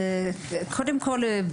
קודם כל,